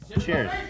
cheers